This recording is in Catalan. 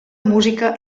música